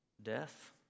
Death